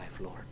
Lord